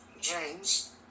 James